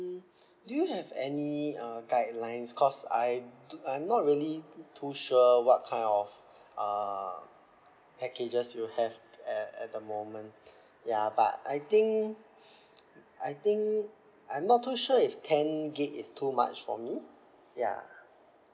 do you have any uh guidelines cause I do I'm not really too sure what kind of uh packages you have at at the moment ya but I think I think I'm not too sure if ten gig is too much for me ya